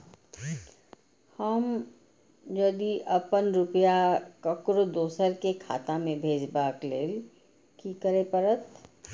हम यदि अपन रुपया ककरो दोसर के खाता में भेजबाक लेल कि करै परत?